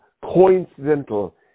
coincidental